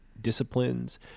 disciplines